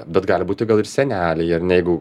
bet gali būti gal ir seneliai ar ne jeigu